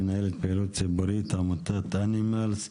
מנהלת פעילות ציבורית בעמותת אנימלס.